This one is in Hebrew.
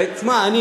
ואני,